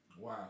Wow